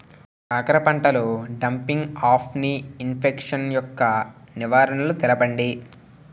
కాకర పంటలో డంపింగ్ఆఫ్ని ఇన్ఫెక్షన్ యెక్క నివారణలు తెలపండి?